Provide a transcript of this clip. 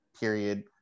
period